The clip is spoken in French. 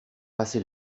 passé